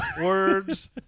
Words